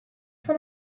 fan